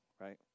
right